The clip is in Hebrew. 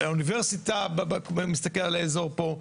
לאוניברסיטה כשאני מסתכל על האזור פה,